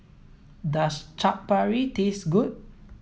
does Chaat Papri taste good